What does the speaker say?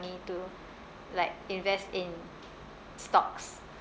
money to like invest in stocks